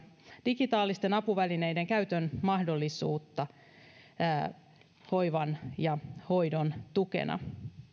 digitaalisten apuvälineiden käytön mahdollisuutta hoivan ja hoidon tukena